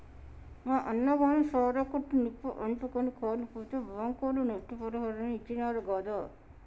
మా అన్నగాని సారా కొట్టు నిప్పు అంటుకుని కాలిపోతే బాంకోళ్లు నష్టపరిహారాన్ని ఇచ్చినారు గాదా